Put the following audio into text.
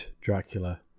Dracula